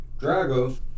Drago